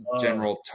General